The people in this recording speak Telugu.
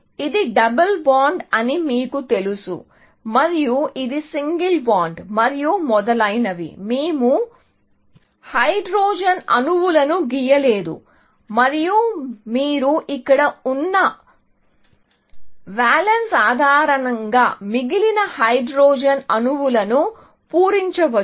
ఇది డబుల్ బాండ్ అని మీకు తెలుసు మరియు ఇది సింగిల్ బాండ్ మరియు మొదలైనవి మేము హైడ్రోజన్ అణువులను గీయలేదు మరియు మీరు ఇక్కడ ఉన్న వాలెన్స్ ఆధారంగా మిగిలిన హైడ్రోజన్ అణువులను పూరించవచ్చు